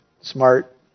smart